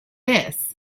this